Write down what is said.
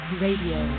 radio